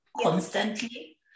constantly